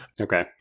Okay